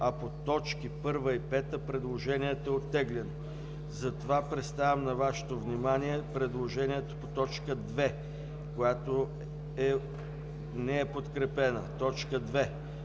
а по т. 1 и 5 предложението е оттеглено. Затова представям на Вашето внимание предложението по т. 2, която не е подкрепена: „2.